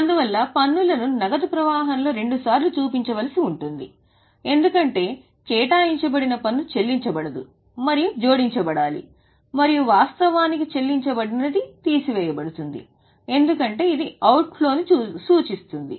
అందువల్ల పన్నులను నగదు ప్రవాహంలో రెండుసార్లు చూపించవలసి ఉంటుంది ఎందుకంటే కేటాయించబడిన పన్ను చెల్లించబడదు మరియు జోడించబడాలి మరియు వాస్తవానికి చెల్లించబడినది తీసివేయబడుతుంది ఎందుకంటే ఇది అవుట్ ఫ్లో ని సూచిస్తుంది